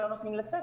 לא נותנים לצאת,